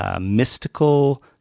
mystical